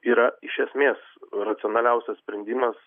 yra iš esmės racionaliausias sprendimas